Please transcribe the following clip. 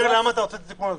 למה רוצים את התיקון הזה?